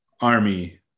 army